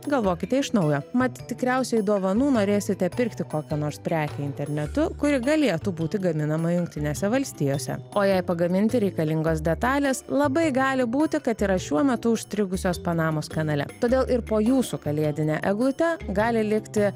galvokite iš naujo mat tikriausiai dovanų norėsite pirkti kokią nors prekę internetu kuri galėtų būti gaminama jungtinėse valstijose o jai pagaminti reikalingos detalės labai gali būti kad yra šiuo metu užstrigusios panamos kanale todėl ir po jūsų kalėdine eglute gali likti